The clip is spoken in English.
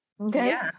Okay